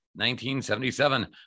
1977